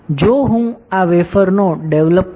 જો હું આ વેફરનો ડેવલપ કરું